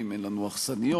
אין לנו אכסניות,